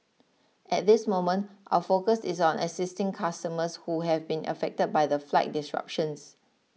at this moment our focus is on assisting customers who have been affected by the flight disruptions